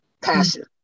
passion